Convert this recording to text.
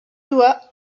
doigts